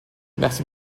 merci